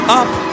up